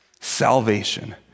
salvation